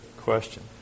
question